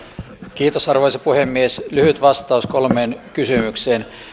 kiitos arvoisa puhemies lyhyt vastaus kolmeen kysymykseen